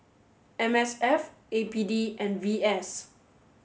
M S F A P D and V S